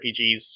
RPGs